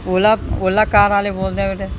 Ola Ola car ਵਾਲੇ ਬੋਲਦੇ ਆ ਬੇਟੇ